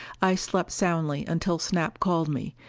i slept soundly until snap called me,